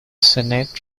senate